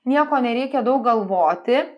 nieko nereikia daug galvoti